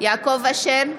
יעקב אשר,